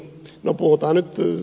no puhutaan nyt